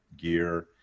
gear